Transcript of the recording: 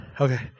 Okay